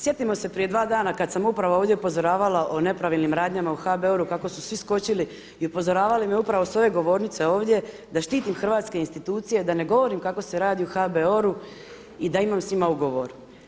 Sjetimo se prije 2 dana kada sam upravo ovdje upozoravala o nepravilnim radnjama u HBOR-u kako su svi skočili i upozoravali me upravo sa ove govornice ovdje da štitim hrvatske institucije, da ne govorim kako se radi u HBOR-u i da imam s njima ugovor.